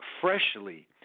freshly